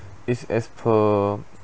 is as per